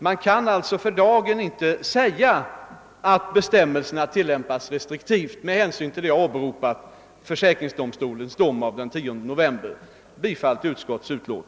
Man kan alltså för dagen inte säga att bestämmelserna tillämpas restriktivt med hänsyn till vad jag här åberopat om försäkringsdomstolens dom av den 10 november. Jag yrkar bifall till utskottets förslag.